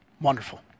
Wonderful